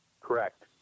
Correct